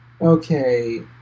Okay